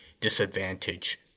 disadvantage